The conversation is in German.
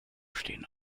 stehen